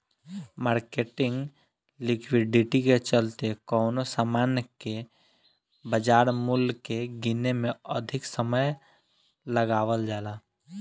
marketing liquidity के चलते कवनो सामान के बाजार मूल्य के गीने में अधिक समय लगावल जाला